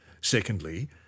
Secondly